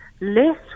less